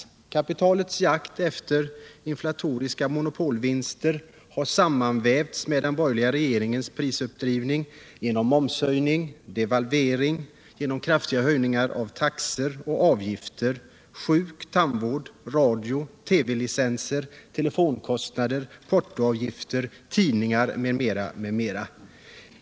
Storkapitalets jakt efter inflatoriska monopolvinster har sammanvävts med den borgerliga regeringens prisuppdrivning genom momshöjningar, devalvering, kraftiga höjningar av taxor och avgifter för sjukoch tandvård, radiooch TV-licenser, telefonkostnader, portoavgifter, tidningar m.m.